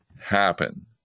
happen